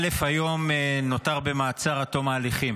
א' נותר היום במעצר עד תום ההליכים.